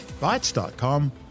Bytes.com